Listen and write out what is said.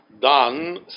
done